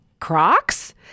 Crocs